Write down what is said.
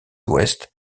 ouest